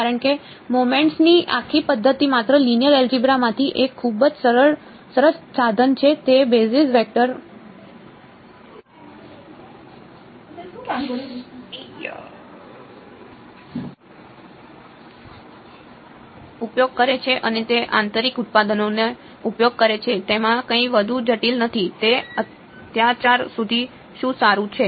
કારણ કે મોમેન્ટ્સની આખી પદ્ધતિ માત્ર લિનિયર એલજેબ્રા માંથી એક ખૂબ જ સરસ સાધન છે તે બેઝિસ વેક્ટરનો ઉપયોગ કરે છે અને તે આંતરિક ઉત્પાદનોનો ઉપયોગ કરે છે તેમાં કંઈ વધુ જટિલ નથી તે અત્યાર સુધી શું સારું છે